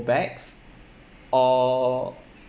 bags or